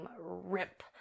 rip